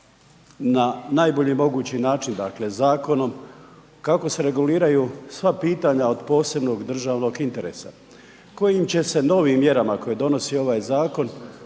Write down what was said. na najbolji mogući način, dakle zakonom kako se reguliraju sva pitanja od posebnog državnog interesa kojim će se novim mjerama koji donosi ovaj zakon